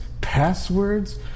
passwords